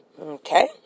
okay